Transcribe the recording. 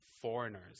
foreigners